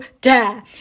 dare